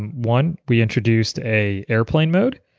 and one, we introduced a airplane mode,